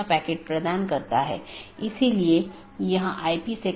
एक चीज जो हमने देखी है वह है BGP स्पीकर